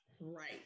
Right